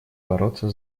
бороться